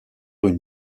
une